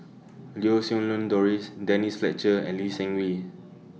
Lau Siew Lang Doris Denise Fletcher and Lee Seng Wee